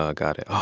ah got it.